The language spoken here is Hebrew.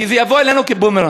כי זה יחזור אלינו כבומרנג.